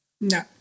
No